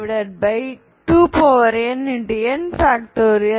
2nn